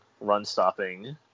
run-stopping